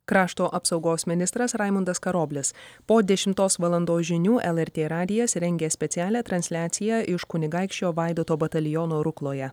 krašto apsaugos ministras raimundas karoblis po dešimtos valandos žinių lrt radijas rengia specialią transliaciją iš kunigaikščio vaidoto bataliono rukloje